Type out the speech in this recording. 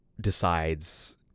decides